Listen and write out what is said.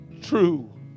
true